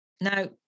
now